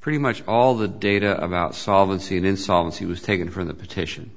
pretty much all the data about solvency and insolvency was taken from the petition